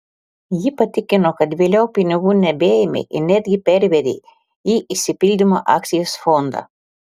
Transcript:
ji patikino kad vėliau pinigų nebeėmė ir netgi pervedė į išsipildymo akcijos fondą